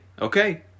okay